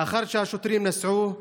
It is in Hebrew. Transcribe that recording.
לאחר שהשוטרים נסעו,